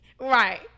Right